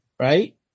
Right